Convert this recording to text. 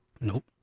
Nope